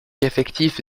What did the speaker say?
effectif